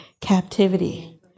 captivity